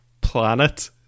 planet